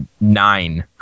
nine